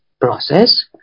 process